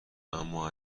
اما